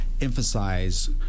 emphasize